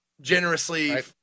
generously